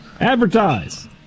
advertise